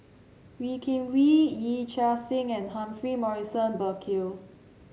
Wee Kim Wee Yee Chia Hsing and Humphrey Morrison Burkill